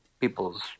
people's